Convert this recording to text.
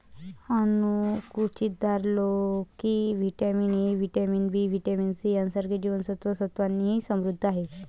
अणकुचीदार लोकी vitamin A, vitamin B, vitamin C यांसारख्या जीवन सत्त्वांनी समृद्ध आहे